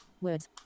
words